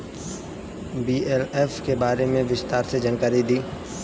BLF के बारे में विस्तार से जानकारी दी?